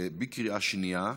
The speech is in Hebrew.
בקריאה שנייה.